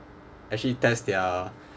actually test their